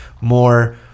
more